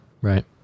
Right